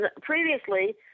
previously